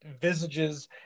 visages